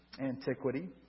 antiquity